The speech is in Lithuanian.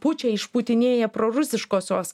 pučia išpūtinėja prorusiškosios